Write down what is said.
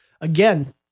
Again